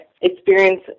experience